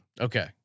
Okay